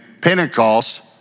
Pentecost